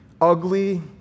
Ugly